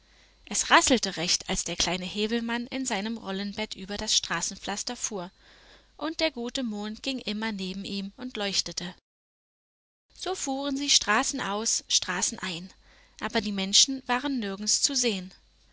es rasselte recht als der kleine häwelmann in seinem rollenbette über das straßenpflaster fuhr und der gute mond ging immer neben ihm und leuchtete so fuhren sie straßen aus straßen ein aber die menschen waren nirgends zu sehen